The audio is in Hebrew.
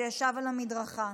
שישב על המדרכה.